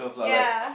ya